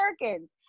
americans